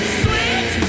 sweet